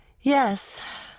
Yes